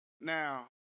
now